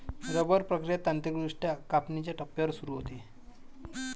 rubber प्रक्रिया तांत्रिकदृष्ट्या कापणीच्या टप्प्यावर सुरू होते